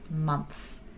months